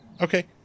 Okay